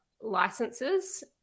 licenses